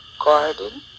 garden